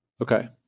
okay